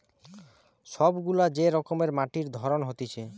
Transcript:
সব গুলা যে রকমের মাটির ধরন হতিছে